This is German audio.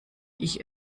ich